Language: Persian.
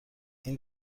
این